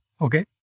Okay